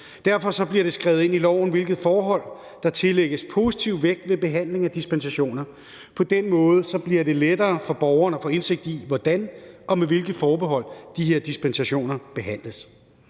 Derfor bliver det skrevet ind i loven, hvilke forhold der tillægges positiv vægt ved behandling af dispensationer. På den måde bliver det lettere for borgerne at få indsigt i, hvordan og med hvilke forbehold de her dispensationer behandles.